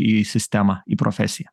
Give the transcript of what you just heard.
į sistemą į profesiją